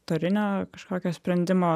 turinio kažkokio sprendimo